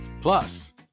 Plus